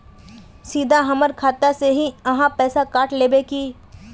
सीधा हमर खाता से ही आहाँ पैसा काट लेबे की?